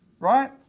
right